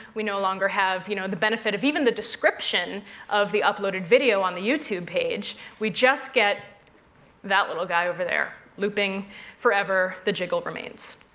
no longer have you know the benefit of even the description of the uploaded video on the youtube page. we just get that little guy over there. looping forever. the jiggle remains.